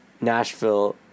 nashville